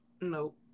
nope